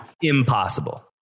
impossible